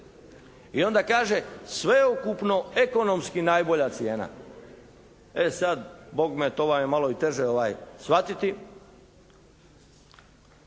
I onda kaže, sveukupno ekonomski najbolja cijena. E sad Bogme to vam je i malo teže shvatiti